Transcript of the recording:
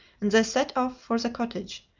and they set off for the cottage,